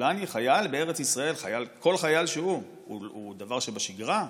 גולני בארץ ישראל, כל חייל שהוא, הוא דבר שבשגרה?